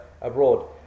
abroad